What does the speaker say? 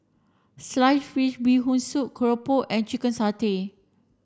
sliced fish bee hoon soup Keropok and chicken satay